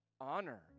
honor